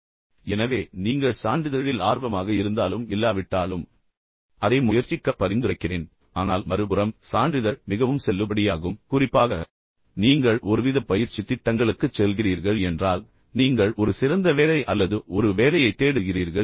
எனவே நீங்கள் சான்றிதழில் ஆர்வமாக இருந்தாலும் இல்லாவிட்டாலும் அதை முயற்சிக்க பரிந்துரைக்கிறேன் ஆனால் மறுபுறம் சான்றிதழ் மிகவும் செல்லுபடியாகும் குறிப்பாக நீங்கள் ஒருவித பயிற்சி திட்டங்களுக்குச் செல்கிறீர்கள் என்றால் நீங்கள் ஒரு சிறந்த வேலை அல்லது ஒரு வேலையைத் தேடுகிறீர்கள் என்றால்